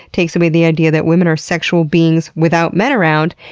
takes away the idea that women are sexual beings without men around,